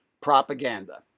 propaganda